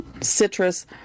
Citrus